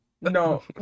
No